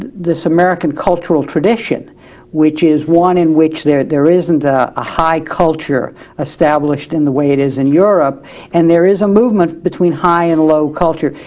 this american cultural tradition which is one is which there there isn't a ah high culture established in the way it is in europe and there is a movement between high and low culture.